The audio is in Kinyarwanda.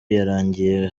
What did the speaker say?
yarangiye